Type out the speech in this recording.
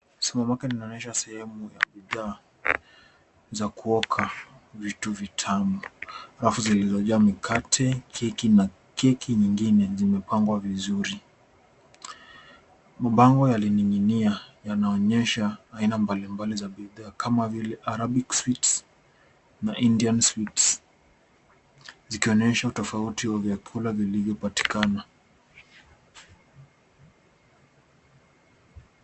Supermarket linaonyesha sehemu ya bidhaa za kuoka vitu vitamu. Rafu zilizojaa mikate, keki na keki nyingine zimepangwa vizuri. Mabangwa yalining'inia yanaonyesha aina mbalimbali za bidhaa, kama vile Arabic Sweets na Indian Sweets , zikionyesha utofauti wa vyakula vilivyopatikana.